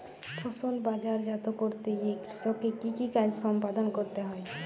ফসল বাজারজাত করতে গিয়ে কৃষককে কি কি কাজ সম্পাদন করতে হয়?